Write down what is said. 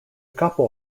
couple